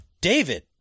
David